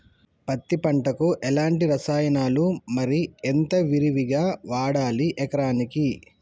పత్తి పంటకు ఎలాంటి రసాయనాలు మరి ఎంత విరివిగా వాడాలి ఎకరాకి?